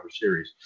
Series